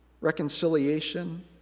reconciliation